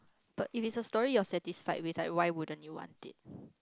but it is a story you're satisfied with like why wouldn't you want it